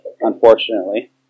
unfortunately